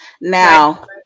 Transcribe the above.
now